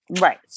Right